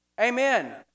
Amen